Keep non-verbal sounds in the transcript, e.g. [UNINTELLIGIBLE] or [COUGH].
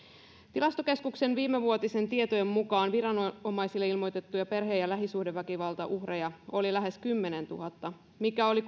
tilastokeskuksen viimevuotisten tietojen mukaan viranomaisille ilmoitettuja perhe ja lähisuhdeväkivaltauhreja oli lähes kymmenentuhatta mikä oli [UNINTELLIGIBLE]